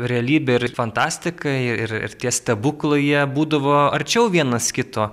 realybė ir fantastika ir ir tie stebuklai jie būdavo arčiau vienas kito